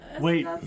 Wait